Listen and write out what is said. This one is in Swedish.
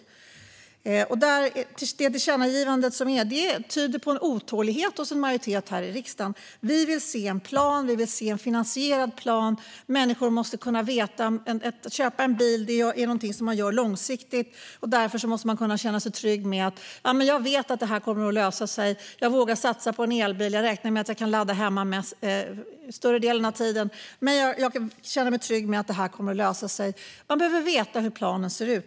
Förslaget om ett tillkännagivande tyder på en otålighet hos en majoritet här i riksdagen. Vi vill se en finansierad plan. Att köpa bil är något som man gör långsiktigt. Därför måste människor kunna känna sig trygga med att det löser sig, att de vågar satsa på en elbil och att de kan räkna med att ladda hemma större delen av tiden. Man behöver veta hur planen ser ut.